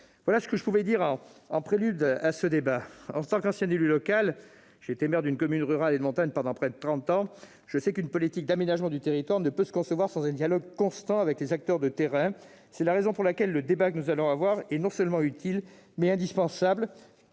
voilà ce que je tenais à dire en prélude à ce débat. En tant qu'ancien élu local- j'ai été maire d'une commune rurale et de montagne durant près de trente ans -, je sais qu'une politique d'aménagement du territoire ne peut se concevoir sans un dialogue constant avec les acteurs de terrain. C'est la raison pour laquelle le débat que nous allons avoir est non seulement utile, mais indispensable.